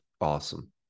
awesome